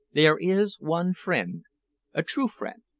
there is one friend a true friend.